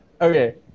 Okay